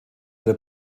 der